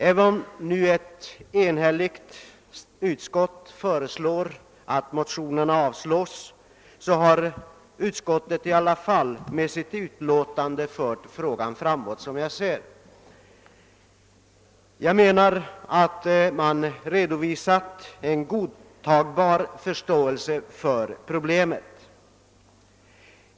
Även om ett enhälligt utskott föreslår att motionerna avslås, har utskottet som jag ser saken i alla fall fört frågan framåt med sitt utlåtande. Man har redovisat en godtagbar förståelse för problemet.